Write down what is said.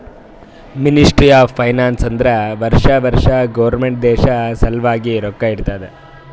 ministry of finance ಅಂದುರ್ ವರ್ಷಾ ವರ್ಷಾ ಗೌರ್ಮೆಂಟ್ ದೇಶ ಸಲ್ವಾಗಿ ರೊಕ್ಕಾ ಇಡ್ತುದ